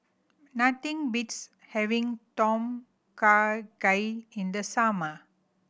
nothing beats having Tom Kha Gai in the summer